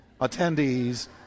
attendees